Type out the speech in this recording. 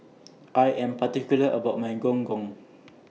I Am particular about My Gong Gong